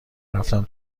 رفتم